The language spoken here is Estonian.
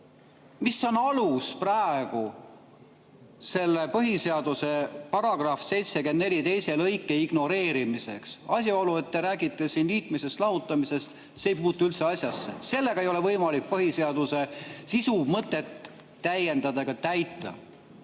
mis on alus praegu selle põhiseaduse § 74 lõike 2 ignoreerimiseks. Asjaolu, et te räägite siin liitmisest‑lahutamisest, ei puutu üldse asjasse. Sellega ei ole võimalik põhiseaduse sisu ja mõtet täiendada ega täita.